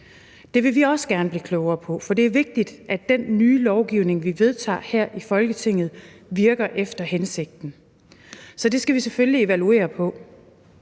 det vil vi også gerne blive klogere på, for det er vigtigt, at den nye lovgivning, vi vedtager her i Folketinget, virker efter hensigten. Så det skal vi selvfølgelig evaluere på.